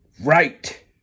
right